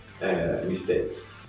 mistakes